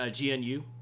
GNU